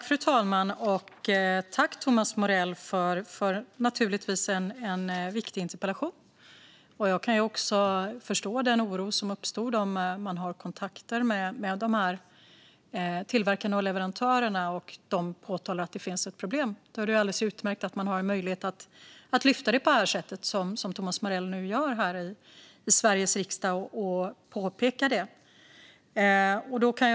Fru talman! Tack, Thomas Morell, för en viktig interpellation! Jag kan förstå den oro som uppstår om man har kontakter med tillverkarna och leverantörerna och de påtalar att det finns ett problem. Då är det ju alldeles utmärkt att man har en möjlighet att lyfta frågan på det sätt som Thomas Morell nu gör här i Sveriges riksdag och påpekar problemet.